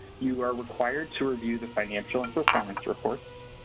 you are required to review the financial and performance reports.